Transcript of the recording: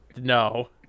No